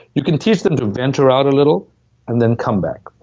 you can teach them to venture out a little and then come back.